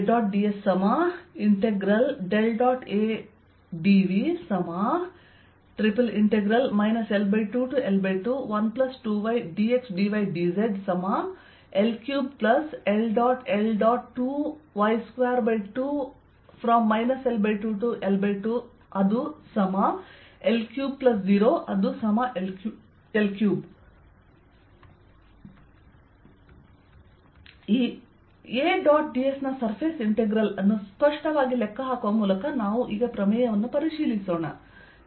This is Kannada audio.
2y22| L2L2L30L3 A dot ds ನ ಸರ್ಫೇಸ್ ಇಂಟೆಗ್ರಲ್ ಅನ್ನು ಸ್ಪಷ್ಟವಾಗಿ ಲೆಕ್ಕಹಾಕುವ ಮೂಲಕ ನಾವು ಈಗ ಪ್ರಮೇಯವನ್ನು ಪರಿಶೀಲಿಸೋಣ